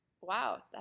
wow